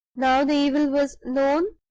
now the evil was known,